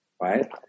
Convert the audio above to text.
right